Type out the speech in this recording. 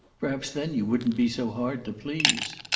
perhaps then you wouldn't be so hard to please.